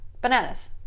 bananas